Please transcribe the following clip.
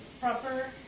proper